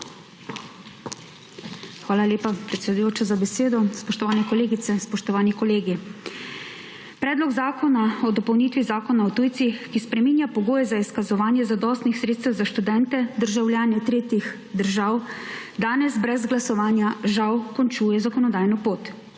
Hvala lepa predsedujoča za besedo. Spoštovane kolegice, spoštovani kolegi! Predlog zakona o dopolnitvi Zakona o tujcih, ki spreminja pogoje za izkazovanje zadostnih sredstev za študente, državljane tretjih držav, danes brez glasovanja žal končuje zakonodajno pot.